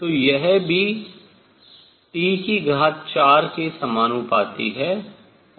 तो यह भी T4 के समानुपाती है